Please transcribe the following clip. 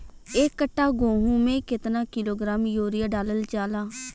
एक कट्टा गोहूँ में केतना किलोग्राम यूरिया डालल जाला?